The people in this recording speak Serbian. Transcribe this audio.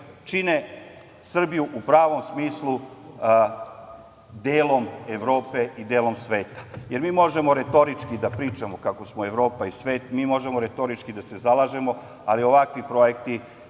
čine Srbiju u pravom smislu delom Evrope i delom sveta. Mi možemo retorički da pričamo kako smo Evropa i svet, mi možemo retorički da se zalažemo, ali ovakvi projekti